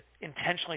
intentionally